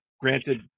granted